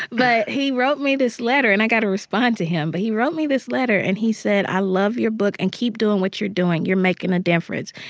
but he wrote me this letter, and i got to respond to him. but he wrote me this letter. and he said, i love your book, and keep doing what you're doing. you're making a difference,